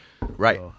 right